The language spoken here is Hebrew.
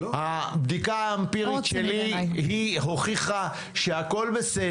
הבדיקה האמפירית שלי היא הוכיחה שהכול בסדר.